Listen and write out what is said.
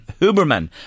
Huberman